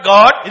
God